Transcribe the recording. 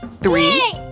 Three